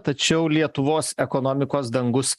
tačiau lietuvos ekonomikos dangus